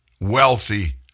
wealthy